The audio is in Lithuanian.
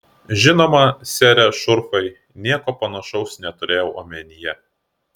žinoma sere šurfai nieko panašaus neturėjau omenyje